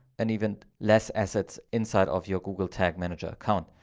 and even less assets inside of your google tag manager account.